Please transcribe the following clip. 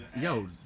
yo